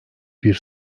bir